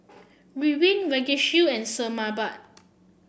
Ridwind Vagisil and Sebamed